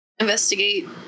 investigate